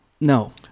no